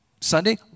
Sunday